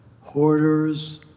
hoarders